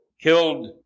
killed